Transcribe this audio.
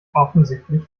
offensichtlich